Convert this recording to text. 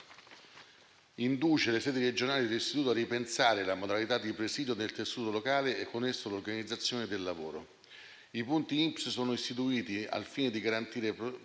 induce le sedi regionali dell'istituto a ripensare la modalità di presidio del tessuto locale e con esso l'organizzazione del lavoro. I punti INPS sono istituiti al fine di garantire